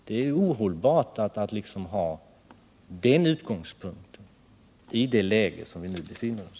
Det är ohållbart att ha den utgångspunkten i det läge som vi nu befinner oss i.